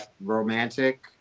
romantic